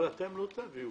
אבל אתם לא תביאו